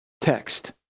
text